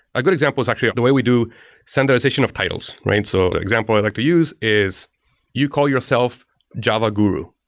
a good example is actually the way we do centralization of titles, right? so the example i'd like to use is you call yourself java guru,